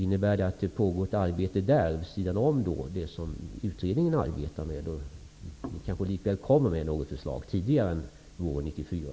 Innebär det att det pågår ett arbete där vid sidan om utredningens arbete? Det kanske likväl kommer ett förslag tidigare än våren 1994.